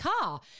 car